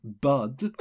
Bud